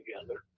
together